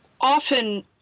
often